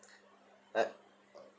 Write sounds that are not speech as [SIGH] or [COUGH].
[NOISE]